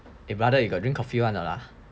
eh brother you got drink coffee [one] or not ah